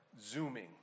Zooming